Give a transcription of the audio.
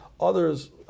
Others